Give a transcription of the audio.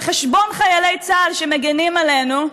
על חשבון חיילי צה"ל שמגינים עלינו,